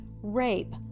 rape